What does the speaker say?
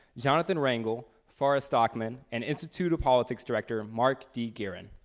johnathan rangel, farah stockman, and institute of politics director, mark d. gearan.